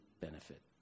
benefit